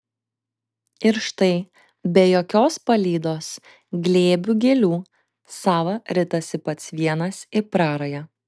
ir štai be jokios palydos glėbių gėlių sava ritasi pats vienas į prarają